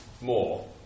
more